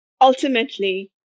Ultimately